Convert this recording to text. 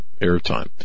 airtime